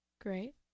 great